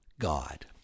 God